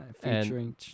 featuring